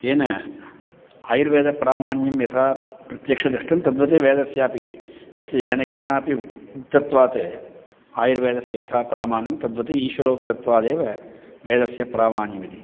तेन आयुर्वेदप्रामाण्यं यथा प्रत्यक्षदृष्टं तद्वत् वेदस्यापि यस्य येन केनापि उक् उक्तत्वात् आयुर्वेदस्य यथा प्रामाण्यं तद्वत् ईश्वरोक्तत्वादेव वेदस्य प्रामाण्यमिति